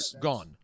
gone